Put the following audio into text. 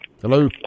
Hello